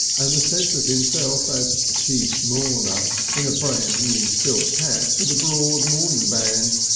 and the sense of himself as chief mourner in a brand new silk hat with a broad mourning band.